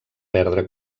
perdre